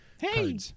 Hey